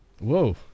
Whoa